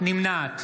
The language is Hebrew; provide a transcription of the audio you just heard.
נמנעת